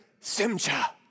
Simcha